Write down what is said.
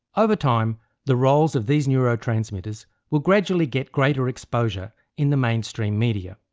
over time the roles of these neurotransmitters will gradually get greater exposure in the mainstream media.